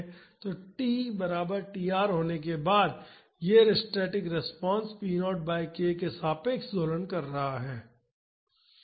तो t बराबर tr होने के बाद यह static response p0 by k के सापेक्ष दोलन कर रहा है